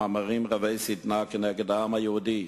מאמרים רבי שטנה נגד העם היהודי,